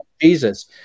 jesus